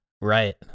right